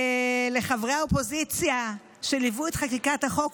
לחברי האופוזיציה שליוו את חקיקת החוק,